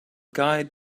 guide